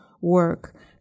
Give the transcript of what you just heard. work